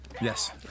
Yes